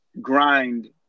grind